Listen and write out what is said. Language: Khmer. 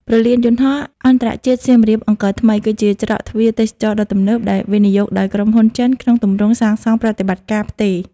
ព្រលានយន្តហោះអន្តរជាតិសៀមរាប-អង្គរថ្មី គឺជាច្រកទ្វារទេសចរណ៍ដ៏ទំនើបដែលវិនិយោគដោយក្រុមហ៊ុនចិនក្នុងទម្រង់សាងសង់-ប្រតិបត្តិការ-ផ្ទេរ។